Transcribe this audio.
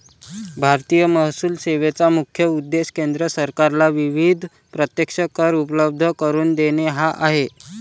भारतीय महसूल सेवेचा मुख्य उद्देश केंद्र सरकारला विविध प्रत्यक्ष कर उपलब्ध करून देणे हा आहे